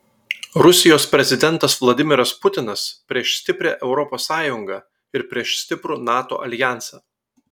rusijos prezidentas vladimiras putinas prieš stiprią europos sąjungą ir prieš stiprų nato aljansą